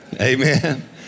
Amen